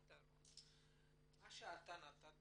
הפתרון שנתת